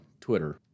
Twitter